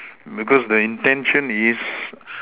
because the intention is